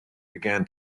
began